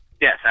yes